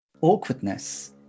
Awkwardness